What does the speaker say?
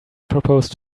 proposed